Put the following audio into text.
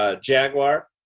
Jaguar